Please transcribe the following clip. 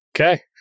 Okay